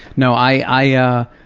no i, ah